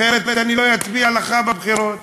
אחרת אני לא אצביע לך בבחירות.